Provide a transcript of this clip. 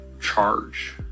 charge